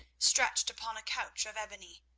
stretched upon a couch of ebony.